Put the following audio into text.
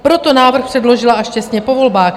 Proto návrh předložila až těsně po volbách.